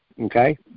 Okay